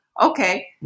Okay